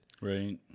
Right